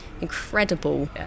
incredible